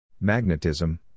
Magnetism